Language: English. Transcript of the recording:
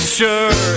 sure